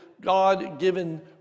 God-given